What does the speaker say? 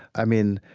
i mean,